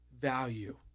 value